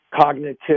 cognitive